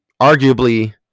arguably